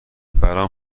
برام